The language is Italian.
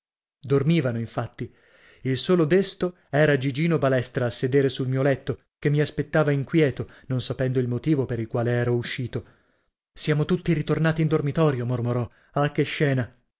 dormivano infatti il solo desto era gigino balestra a sedere sul mio letto che mi aspettava inquieto non sapendo il motivo per il quale ero uscito siamo tutti ritornati in dormitorio mormorò ah che scena